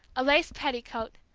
a lace petticoat,